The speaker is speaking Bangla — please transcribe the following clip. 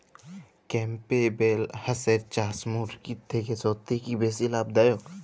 ক্যাম্পবেল হাঁসের চাষ মুরগির থেকে সত্যিই কি বেশি লাভ দায়ক?